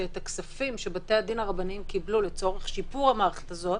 שאת הכספים שבתי-הדין הרבניים קיבלו לצורך שיפור המערכת הזאת,